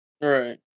Right